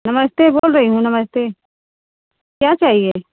नमस्ते बोल रही हूँ नमस्ते क्या चाहिए